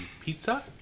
pizza